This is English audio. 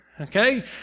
Okay